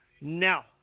Now